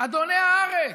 אדוני הארץ.